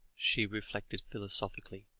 she reflected philosophically,